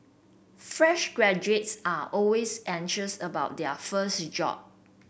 fresh graduates are always anxious about their first job